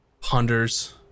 ponders